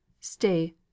stay